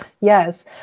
Yes